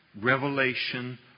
revelation